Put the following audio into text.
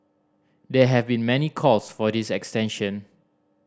there have been many calls for its extension